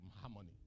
Harmony